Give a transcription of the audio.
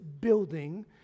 building